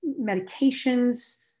medications